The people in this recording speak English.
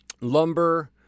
lumber